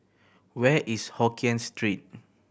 where is Hokien Street